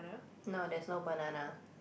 no there's no banana